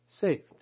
saved